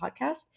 podcast